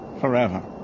Forever